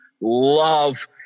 love